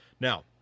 Now